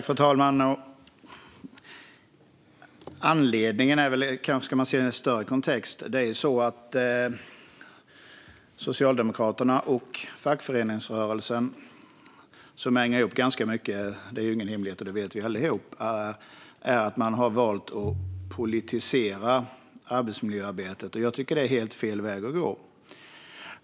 Fru talman! Man kanske ska se detta i en större kontext. Det är ju ingen hemlighet att Socialdemokraterna och fackföreningsrörelsen hänger ihop ganska mycket. Det vet vi alla. Socialdemokraterna har valt att politisera arbetsmiljöarbetet, och jag tycker att det är helt fel väg att gå.